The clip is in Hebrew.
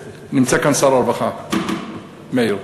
נמצא כאן שר הרווחה, מאיר.